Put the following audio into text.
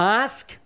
ask